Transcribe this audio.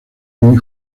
muy